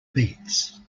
beats